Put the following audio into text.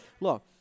look